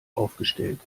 aufgestellt